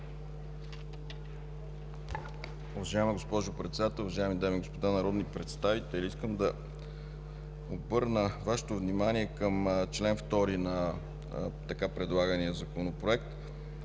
Уважаема госпожо Председател, уважаеми дами и господа народни представители! Искам да обърна Вашето внимание към чл. 2 на предложения Законопроект,